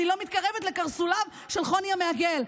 אני לא מתקרבת לקרסוליו של חוני המעגל,